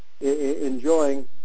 enjoying